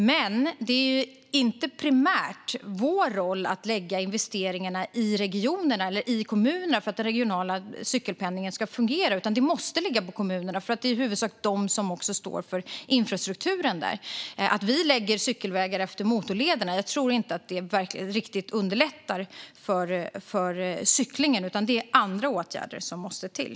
Men det är inte primärt vår roll att lägga investeringarna i regionerna eller i kommunerna så att den regionala cykelpendlingen ska fungera, utan de måste ligga på kommunerna eftersom det är i huvudsak de som står för infrastrukturen. Jag tror inte att det fungerar att vi lägger cykelvägar utefter motorlederna, det underlättar inte cyklingen, utan det är andra åtgärder som måste till.